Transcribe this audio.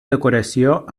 decoració